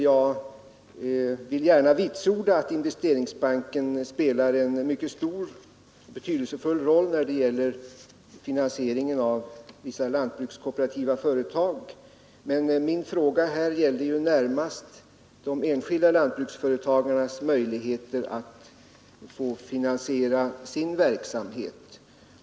Jag vill gärna vitsorda att Investeringsbanken spelar en betydelsefull roll när det gäller finansieringen bl.a. av vissa lantbrukskooperativa företag, men min fråga gällde närmast de enskilda lantbruksföretagarnas möjlighet att finansiera sin verksamhet.